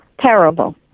terrible